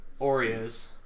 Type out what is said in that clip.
Oreos